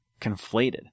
conflated